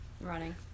Running